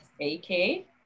A-K